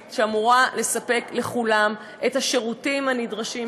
שאמורה לספק לכולם את השירותים הנדרשים,